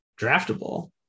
draftable